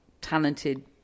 talented